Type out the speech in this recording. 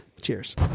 Cheers